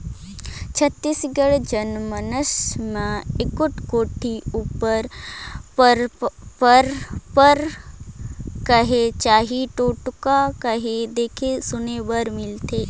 छत्तीसगढ़ी जनमानस मे एगोट कोठी उपर पंरपरा कह चहे टोटका कह देखे सुने बर मिलथे